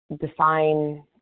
define